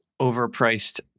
overpriced